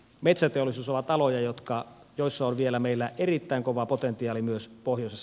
metsäteollisuus ovat aloja jotka joissa on vielä meillä erittäin kova potentiaali myös pohjois